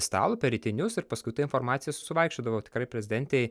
stalo per rytinius ir paskui ta informacija suvaikščiodavo tikrai prezidentei